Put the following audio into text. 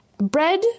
Bread